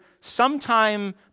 sometime